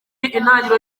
intangiriro